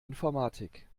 informatik